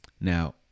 Now